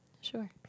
Sure